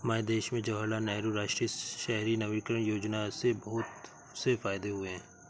हमारे देश में जवाहरलाल नेहरू राष्ट्रीय शहरी नवीकरण योजना से बहुत से फायदे हुए हैं